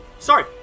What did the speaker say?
Sorry